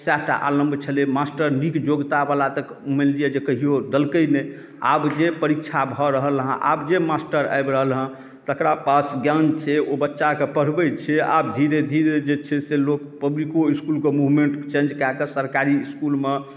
सहए टा आलम्ब छलै मास्टर नीक योग्यता बला तऽ मानि लिअ जे कहियो देलकै नहि आब जे परीक्षा भऽ रहल अहाँ आब जे मास्टर आबि रहल हँ तेकरा पास ज्ञान छै ओ बच्चाके पढ़बैत छै आब धीरे धीरे जे छै से लोक पब्लिको इसकुलके मूवमेंट चेंज कएके सरकारी इसकुलमे